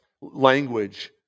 Language